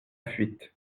fuite